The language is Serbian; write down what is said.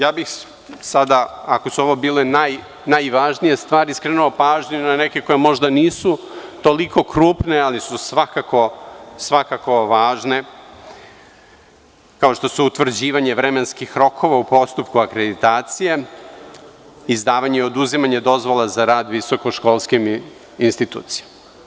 Sada bih, ako su ovo bile najvažnije stvari, skrenuo pažnju na neke koje možda nisu toliko krupne, ali su svakako važne, kao što su utvrđivanje vremenskih rokova u postupku akreditacije, izdavanje i oduzimanje dozvola za rad visokoškolskim institucijama.